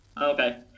Okay